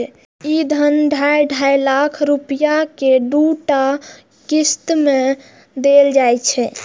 ई धन ढाइ ढाइ लाख रुपैया के दूटा किस्त मे देल जाइ छै